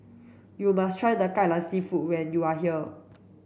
you must try kai lan seafood when you are here